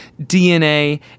DNA